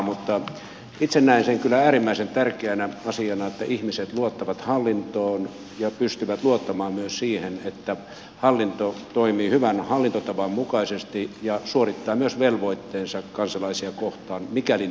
mutta itse näen sen kyllä äärimmäisen tärkeänä asiana että ihmiset luottavat hallintoon ja pystyvät luottamaan myös siihen että hallinto toimii hyvän hallintotavan mukaisesti ja suorittaa myös velvoitteensa kansalaisia kohtaan mikäli niitä ilmenee